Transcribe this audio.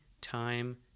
time